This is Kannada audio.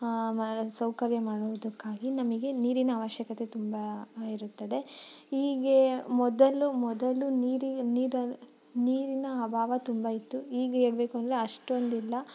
ಮಾ ಸೌಕರ್ಯ ಮಾಡುವುದಕ್ಕಾಗಿ ನಮಗೆ ನೀರಿನ ಆವಶ್ಯಕತೆ ತುಂಬ ಇರುತ್ತದೆ ಹೀಗೆ ಮೊದಲು ಮೊದಲು ನೀರಿಗೆ ನೀರಲ್ಲಿ ನೀರಿನ ಅಭಾವ ತುಂಬ ಇತ್ತು ಈಗ ಹೇಳ್ಬೇಕು ಅಂದರೆ ಅಷ್ಟೊಂದಿಲ್ಲ